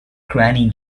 granny